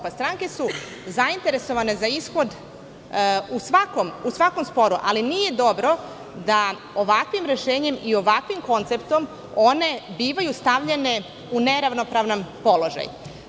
Pa stranke su zainteresovane za ishod u svakom sporu, ali nije dobro da ovakvim rešenjem i ovakvim konceptom one bivaju stavljene u neravnopravan položaj.